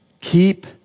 Keep